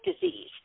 disease